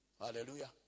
Hallelujah